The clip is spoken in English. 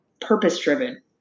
purpose-driven